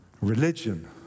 Religion